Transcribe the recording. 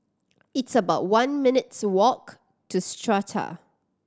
it's about one minutes' walk to Strata